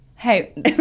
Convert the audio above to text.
Hey